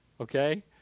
Okay